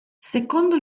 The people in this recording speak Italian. secondo